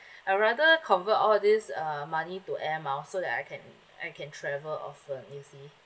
I rather convert all this uh money to air miles so that I can I can travel often you see